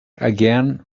again